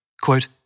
Quote